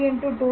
2